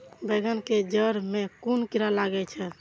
बेंगन के जेड़ में कुन कीरा लागे छै?